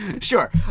Sure